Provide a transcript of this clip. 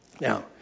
Now